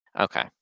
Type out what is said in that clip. Okay